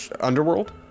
underworld